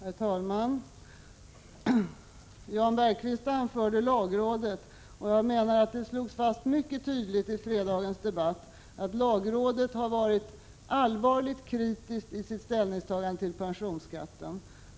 Herr talman! Jan Bergqvist talade om lagrådet. Jag menar att vi mycket tydligt i fredagens debatt slog fast att lagrådet har varit allvarligt kritiskt i sin ställning till pensionsskatten.